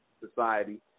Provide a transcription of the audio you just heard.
society